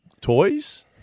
toys